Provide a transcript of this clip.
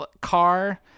car